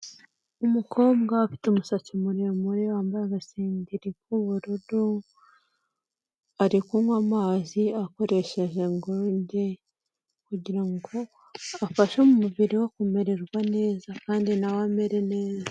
Umukobwa ufite umusatsi muremure, wambaye agasengeri k'ubururu, ari kunywa amazi akoresheje gurude kugira ngo afashe mu mubiri we kumererwa neza kandi na we amere neza.